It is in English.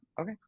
okay